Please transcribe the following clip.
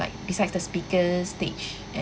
like beside the speakers stage a~